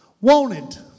Wanted